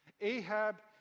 Ahab